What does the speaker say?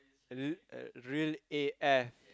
uh real real A_F